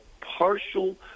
partial